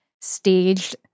staged